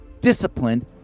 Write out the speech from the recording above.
disciplined